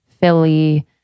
Philly